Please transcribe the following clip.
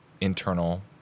internal